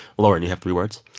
lauren, you have three words?